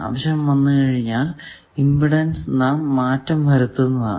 ആവശ്യം വന്നാൽ ഇമ്പിഡൻസ് നാം മാറ്റം വരുത്തുന്നതാണ്